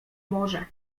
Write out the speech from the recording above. morze